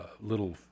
little